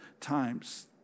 times